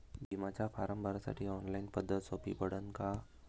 बिम्याचा फारम भरासाठी ऑनलाईन पद्धत सोपी पडन का?